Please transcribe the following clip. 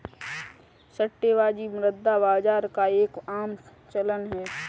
सट्टेबाजी मुद्रा बाजार का एक आम चलन है